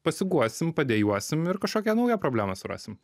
pasiguosim padejuosim ir kažkokią naują problemą surasim